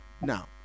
Now